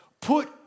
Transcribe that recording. put